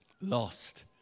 lost